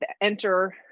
enter